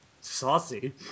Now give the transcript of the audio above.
Saucy